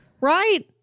Right